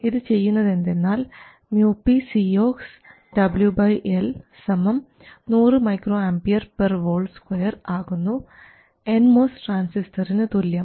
ഇത് ചെയ്യുന്നത് എന്തെന്നാൽ µpcoxWL 100 µAV2 ആകുന്നു എൻ മോസ് ട്രാൻസിസ്റ്ററിനു തുല്യം